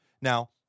now